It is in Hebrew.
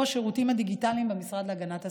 השירותים הדיגיטליים במשרד להגנת הסביבה.